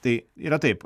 tai yra taip